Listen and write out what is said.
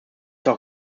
doch